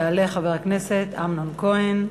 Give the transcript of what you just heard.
יעלה חבר הכנסת אמנון כהן.